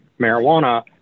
marijuana